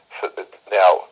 Now